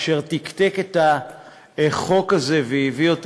אשר תקתק את החוק הזה והביא אותו